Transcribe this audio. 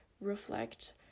reflect